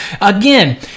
Again